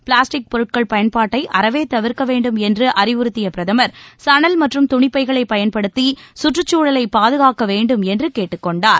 plastic பொருட்கள் பயன்பாட்டை அறவே தவிர்க்க வேண்டும் என்று அறிவுறுத்திய பிரதமர் சணல் மற்றும் துணிப்பைகளை பயன்படுத்தி சுற்றுச்சூழலை பாதுகாக்க வேண்டும் என்று கேட்டுக்கொண்டார்